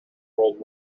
world